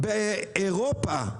באירופה,